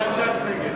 (קוראת בשמות חברי הכנסת)